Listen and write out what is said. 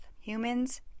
humans